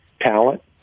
talent